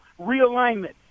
realignment